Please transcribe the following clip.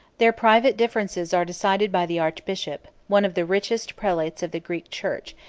their private differences are decided by the archbishop, one of the richest prelates of the greek church,